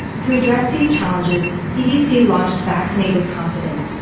to address these challenges cdc launched vaccinate with confidence,